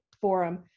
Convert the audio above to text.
forum